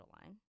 line